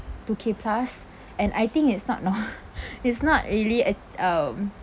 two K plus and I think it's not nor~ it's not really a um